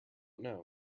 know